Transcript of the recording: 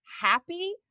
happy